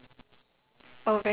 housewife talent